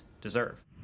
deserve